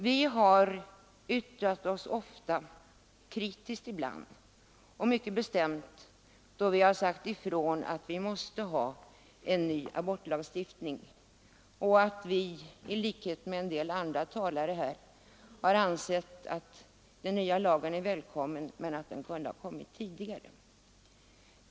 Vi har yttrat oss ofta — kritiskt ibland — och mycket bestämt då vi har sagt ifrån att vi måste ha en ny abortlagstiftning. I likhet med en del talare i denna debatt har vi ansett att den nya lagen är välkommen men att den kunde ha kommit tidigare.